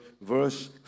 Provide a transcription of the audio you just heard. verse